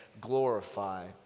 glorify